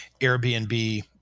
Airbnb